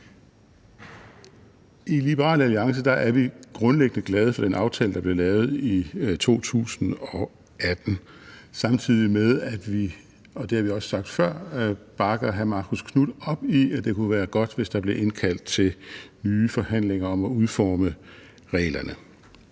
I Liberal Alliance er vi grundlæggende glade for den aftale, der blev lavet i 2018, samtidig med at vi – og det har vi også sagt før – bakker hr. Marcus Knuth op i, at det kunne være godt, hvis der blev indkaldt til nye forhandlinger om at udforme reglerne.